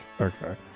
Okay